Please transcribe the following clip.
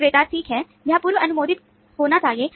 विक्रेता ठीक है यह पूर्व अनुमोदित होना चाहिए